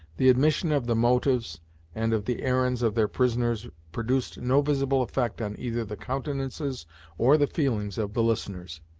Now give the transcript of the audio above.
the admission of the motives and of the errands of their prisoners produced no visible effect on either the countenances or the feelings of the listeners.